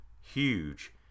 huge